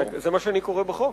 זה מה שאני קורא בחוק.